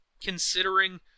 Considering